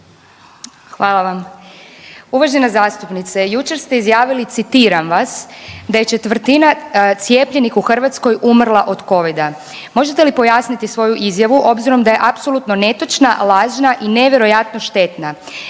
Hvala vam. Uvažena zastupnice, jučer ste izjavili citiram vas da je četvrtina cijepljenih u Hrvatskoj umrla od covida. Možete li pojasniti svoju izjavu obzirom da je apsolutno netočna, lažna i nevjerojatno štetna.